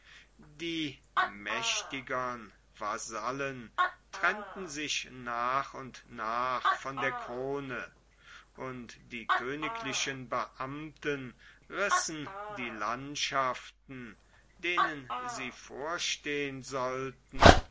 die mächtigern vasallen trennten sich nach und nach von der krone und die königlichen beamten rissen die landschaften denen sie vorstehen sollten